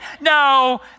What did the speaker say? No